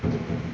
and